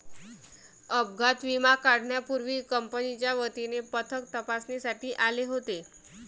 अपघात विमा काढण्यापूर्वी कंपनीच्या वतीने पथक तपासणीसाठी आले होते